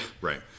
right